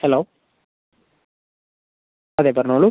hello അതെ പറഞ്ഞോളൂ